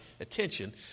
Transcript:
attention